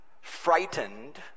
frightened